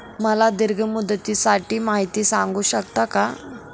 मला दीर्घ मुदतीसाठी माहिती सांगू शकता का?